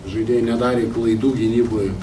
žaidėjai nedarė klaidų gynyboj